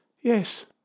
yes